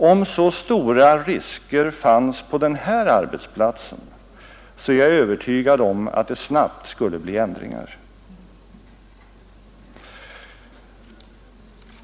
Om så stora risker fanns på den här arbetsplatsen är jag övertygad om att det snabbt skulle bli ändringar.